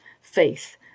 faith